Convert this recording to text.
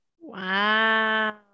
Wow